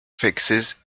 fixes